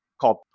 called